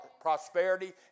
prosperity